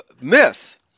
myth